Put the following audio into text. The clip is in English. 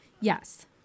Yes